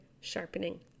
sharpening